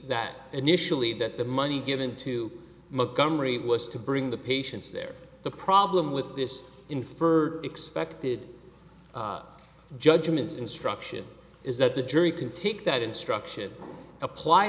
that initially that the money given to montgomery was to bring the patients there the problem with this inferred expected judgments instruction is that the jury can take that instruction apply